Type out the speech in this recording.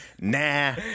Nah